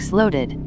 loaded